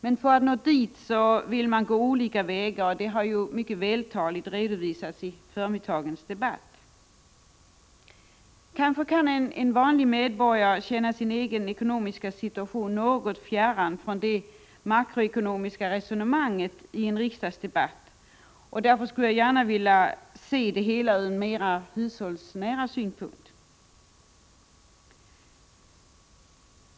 Man vill dock gå olika vägar för att nå dessa mål, och det har mycket vältaligt redovisats under förmiddagens debatt. Vanliga medborgare upplever kanske sin egen ekonomiska situation som något fjärran från det makroekonomiska resonemanget i en riksdagsdebatt. Därför vill jag gärna se det hela ur mer hushållsnära synpunkt.